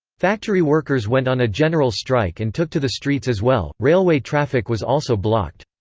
factory workers went on a general strike and took to the streets as well railway traffic was also blocked.